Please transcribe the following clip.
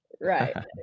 Right